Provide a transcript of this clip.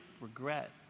regret